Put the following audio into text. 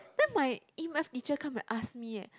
then my e-math teacher come and ask me eh